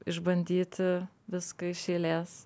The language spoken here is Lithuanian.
išbandyti viską iš eilės